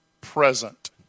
present